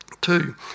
Two